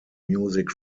music